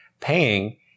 paying